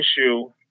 issue